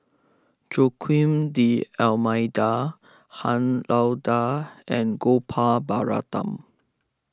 Joaquim D'Almeida Han Lao Da and Gopal Baratham